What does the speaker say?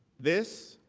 this